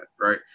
right